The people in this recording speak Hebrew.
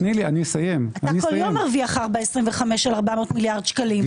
אתה כל יום 4.25 של 400 מיליארד שקלים.